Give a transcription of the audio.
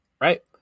right